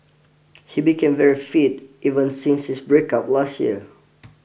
he became very fit even since his breakup last year